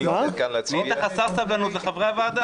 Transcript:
נהיית חסר סבלנות לחברי הוועדה.